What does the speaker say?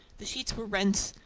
the sheets were rent,